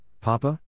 Papa